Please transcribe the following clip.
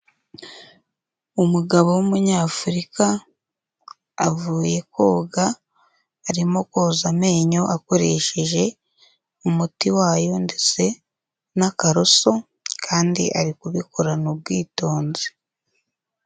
Umugabo w'umunyafurika avuye koga arimo koza amenyo akoresheje umuti wayo ndetse n'akaroso kandi ari kubikorana ubwitonzi.